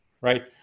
right